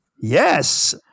Yes